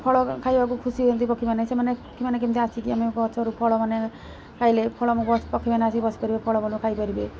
ଫଳ ଖାଇବାକୁ ଖୁସି ହୁଅନ୍ତି ପକ୍ଷୀମାନେ ସେମାନେ କେମିତି ଆସିକି ଆମେ ଗଛରୁ ଫଳମାନେ ଖାଇଲେ ଫଳ ମୁଁ ଗଛ ପକ୍ଷୀମାନେ ଆସି ବସିପାରିବେ ଫଳ ମାନଙ୍କୁ ଖାଇପାରିବେ